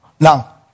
Now